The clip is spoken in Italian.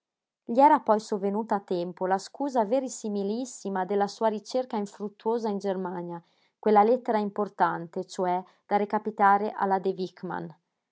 gli era poi sovvenuta a tempo la scusa verisimilissima della sua ricerca infruttuosa in germania quella lettera importante cioè da recapitare alla de wichmann anny